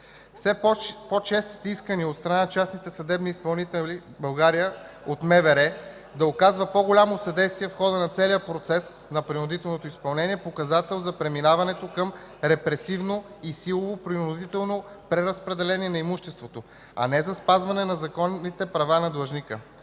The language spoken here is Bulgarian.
Все по-честите искания от страна на частните съдебни изпълнители в България МВР да оказва по-голямо съдействие в хода на целия процес на принудителното изпълнение е показател за преминаването към репресивно и силово принудително преразпределение на имуществото, а не за спазване на законовите права на длъжника.